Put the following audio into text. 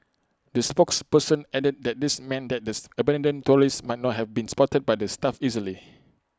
the spokesperson added that this meant that this abandoned trolleys might not have been spotted by the staff easily